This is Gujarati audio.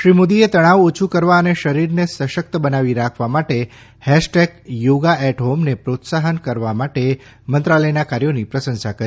શ્રી મોદીએ તણાવ ઓછું કરવા ૈ ને શરીરને સશક્ત બનાવી રાખવા માટે હેશટેગ થોગા એટ હોમ ને પ્રોત્સાફન આપવા માટે મંત્રાલયના કાર્યોની પ્રશંસા કરી